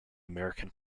american